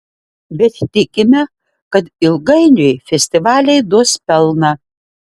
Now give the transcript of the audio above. bet tikime kad ilgainiui festivaliai duos pelną